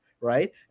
right